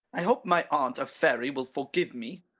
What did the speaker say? i hope my aunt of fairy will forgive me.